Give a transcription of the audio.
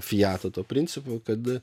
fiato tuo principu kad